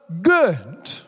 good